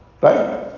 right